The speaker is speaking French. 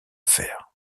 faire